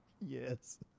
Yes